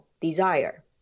desire